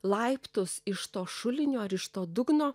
laiptus iš to šulinio ar iš to dugno